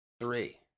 Three